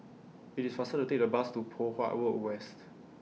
IT IS faster to Take The Bus to Poh Huat Road West